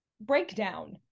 breakdown